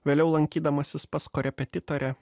vėliau lankydamasis pas korepetitorę